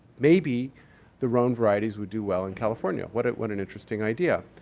maybe the rhone varieties would do well in california. what what an interesting idea.